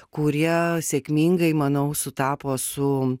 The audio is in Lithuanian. kurie sėkmingai manau sutapo su